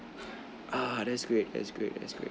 uh that's great that's great that's great